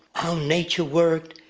how nature worked.